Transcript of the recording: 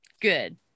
Good